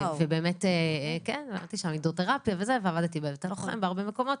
למדתי שם הידרותרפיה, ועבדתי בהרבה מקומות,